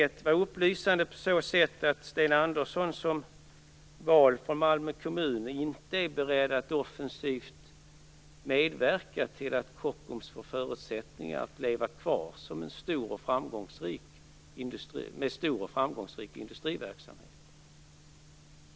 Det var upplysande på så sätt att Sten Andersson, vald för Malmö kommun, inte är beredd att offensivt medverka till att Kockums får förutsättningar att leva kvar som en stor och framgångsrik industri med stor och framgångsrik industriverksamhet.